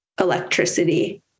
electricity